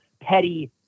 petty